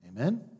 Amen